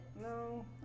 No